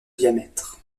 diamètre